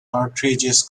outrageous